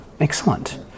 Excellent